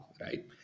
right